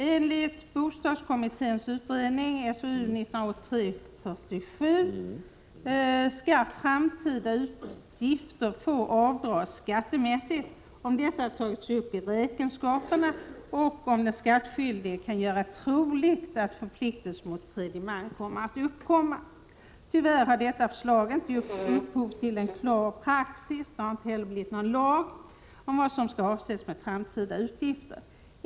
Enligt bostadskommitténs utredning SOU 1983:47 skall ”framtida utgifter” få avdras skattemässigt, om dessa tagits upp i räkenskaperna och om den skattskyldige kan göra troligt att förpliktelser mot tredje man kommer att uppstå. Tyvärr har detta förslag inte gett upphov till en klar praxis — det har inte heller blivit någon lag — om vad som skall avses som ”framtida utgifter”.